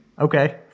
okay